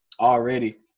already